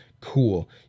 Cool